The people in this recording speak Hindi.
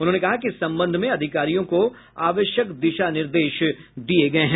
उन्होंने कहा कि इस संबंध में अधिकारियों को आवश्यक दिशा निर्देश दिए गए हैं